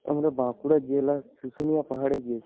আমরা বাঁকুড়া জেলার শুশুনিয়া পাহাড়ে গিয়েছিলাম